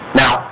now